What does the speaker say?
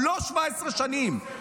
הוא לא 17 שנים פה.